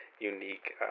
unique